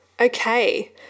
Okay